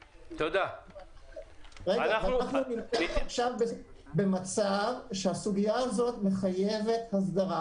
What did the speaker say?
אנחנו נמצאים עכשיו במצב שהסוגיה הזאת מחייבת הסדרה,